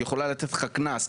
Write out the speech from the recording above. היא יכולה לתת לך קנס,